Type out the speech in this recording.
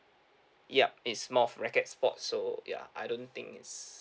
yup it's more of rackets sports so ya I don't think it's